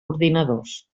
ordinadors